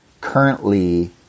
Currently